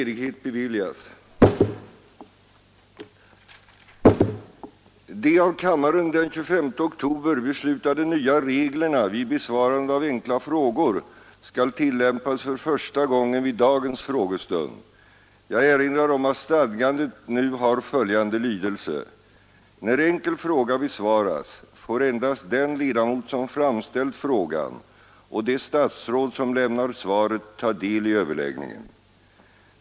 De av kammaren den 25 oktober beslutade nya reglerna vid besvarande av enkla frågor skall tillämpas för första gången vid dagens frågestund. Jag erinrar om att stadgandet har följande lydelse: När enkel fråga besvaras, får endast den ledamot som framställt frågan och det statsråd som lämnar svaret ta del i överläggningen.